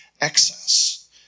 excess